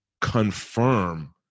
confirm